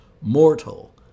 Mortal